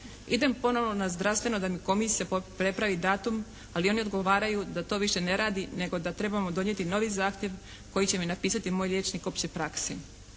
Idem ponovo na zdravstveno da mi komisija prepravi datum, ali oni odgovaraju da to više ne rade, nego da trebamo donijeti novi zahtjev koji će mi napisati moj liječnik opće prakse.